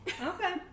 Okay